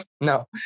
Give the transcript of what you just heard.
No